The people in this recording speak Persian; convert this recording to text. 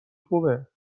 خوبه